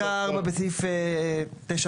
(4) בסעיף 9ט(א),